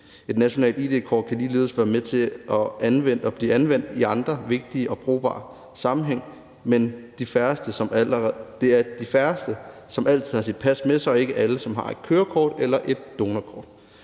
Et nationalt id-kort kan ligeledes anvendes i andre vigtige og brugbare sammenhænge, men det er de færreste, som altid har deres pas med sig, og det er ikke alle, der har et kørekort eller et donorkort.